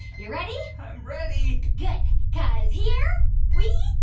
you ready? i'm ready good cause here we